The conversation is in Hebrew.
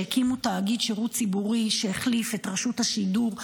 כשהקימו תאגיד שירות ציבורי שהחליף את רשות השידור.